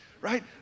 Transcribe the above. right